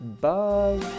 Bye